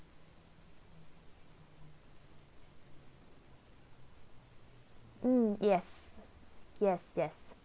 mm yes yes yes